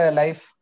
life